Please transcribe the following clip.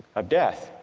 of death